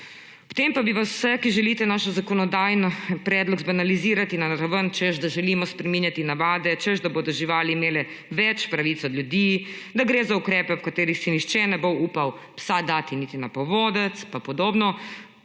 Potem pa bi vas vse, ki želite naš zakonodajni predlog zbanalizirati na raven, češ da želimo spreminjati navade, češ da bodo živali imele več pravic od ljudi, da gre za ukrepe, ob katerih si nihče ne bo upal psa dati niti na povodec pa podobno,